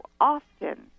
often